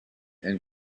and